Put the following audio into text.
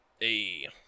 Hey